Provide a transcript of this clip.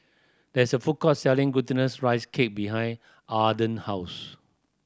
there is a food court selling Glutinous Rice Cake behind Arden house